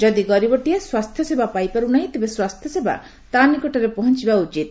ଯଦି ଗରୀବଟିଏ ସ୍ୱାସ୍ଥ୍ୟସେବା ପାଇପାରୁନାହିଁ ତେବେ ସ୍ୱାସ୍ଥ୍ୟସେବା ତା' ନିକଟରେ ପହଞ୍ଚବା ଉଚିତ